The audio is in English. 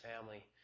family